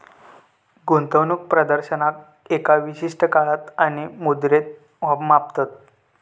गुंतवणूक प्रदर्शनाक एका विशिष्ट काळात आणि मुद्रेत मापतत